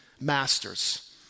masters